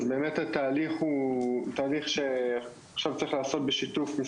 באמת התהליך הוא תהליך שעכשיו צריך לעשות בשיתוף,